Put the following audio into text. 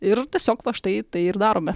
ir tiesiog va štai tai ir darome